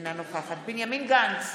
אינה נוכחת בנימין גנץ,